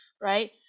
right